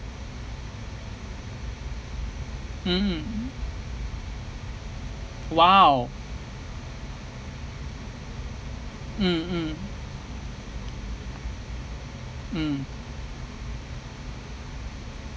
mmhmm !wow! mm mm mm